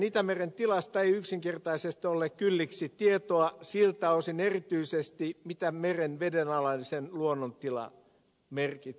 itämeren tilasta ei yksinkertaisesti ole kylliksi tietoa siltä osin erityisesti mitä meren vedenalainen luonnontila merkitsee